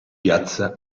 piazza